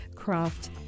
Craft